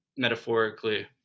metaphorically